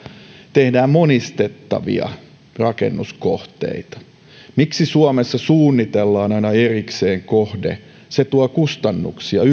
tehdään monistettavia rakennuskohteita miksi suomessa suunnitellaan aina erikseen kohde yksittäinen kohde tuo kustannuksia